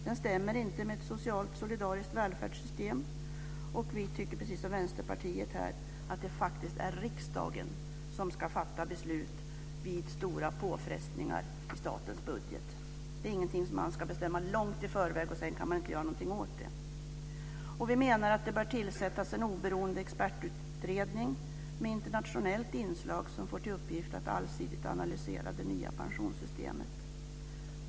Den stämmer inte med ett socialt och solidariskt välfärdssystem, och vi tycker precis som Vänsterpartiet att det är riksdagen som ska fatta beslut vid stora påfrestningar på statens budget. Besluten kan inte fattas långt i förväg utan att man kan göra någonting åt dem. Vi menar att det bör tillsättas en oberoende expertutredning med internationellt inslag, vilken får till uppgift att allsidigt analysera det nya pensionssystemet.